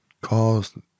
cause